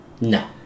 No